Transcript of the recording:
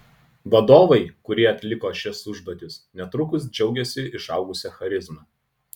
vadovai kurie atliko šias užduotis netrukus džiaugėsi išaugusia charizma